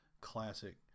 classic